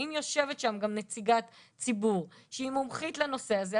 ואם יושבת שם גם נציגת ציבור שהיא מומחית לנושא הזה,